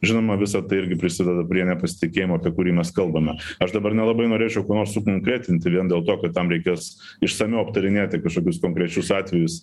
žinoma visa tai irgi prisideda prie nepasitikėjimo apie kurį mes kalbame aš dabar nelabai norėčiau ko nors sukonkretinti vien dėl to kad tam reikės išsamiau aptarinėti kašokius konkrečius atvejus